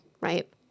right